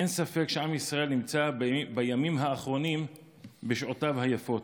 אין ספק שעם ישראל נמצא בימים האחרונים בשעותיו היפות.